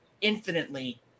infinitely